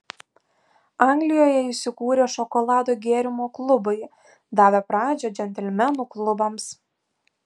anglijoje įsikūrė šokolado gėrimo klubai davę pradžią džentelmenų klubams